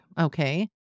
Okay